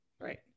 right